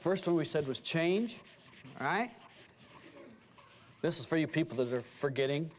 first of all he said was change right this is for you people are forgetting